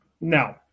No